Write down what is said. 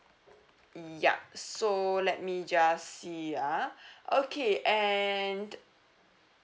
mm ya so let me just see ah okay and